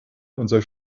unser